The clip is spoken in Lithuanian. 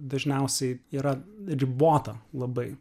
dažniausiai yra ribota labai